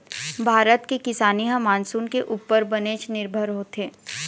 भारत के किसानी ह मानसून के उप्पर बनेच निरभर होथे